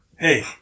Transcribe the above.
Hey